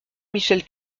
michel